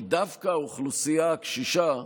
כי דווקא לאוכלוסייה הקשישה,